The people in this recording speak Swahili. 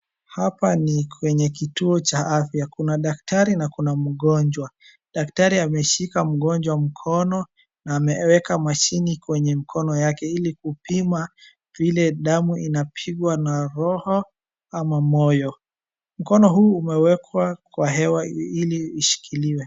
Hapa ni kwenye kituo cha afya. Kuna daktari na kuna mgonjwa. Daktari ameshika mgonjwa mkono, na ameweka mashini kwenye mkono yake, ili kupima vile damu inapigwa na roho ama moyo. Mkono huu umewekwa kwa hewa ili ishikiliwe.